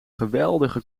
geweldige